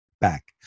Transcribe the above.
back